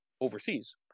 overseas